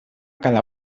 cada